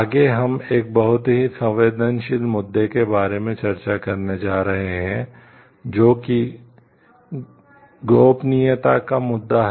आगे हम एक बहुत ही संवेदनशील मुद्दे के बारे में चर्चा करने जा रहे हैं जो कि गोपनीयता का मुद्दा है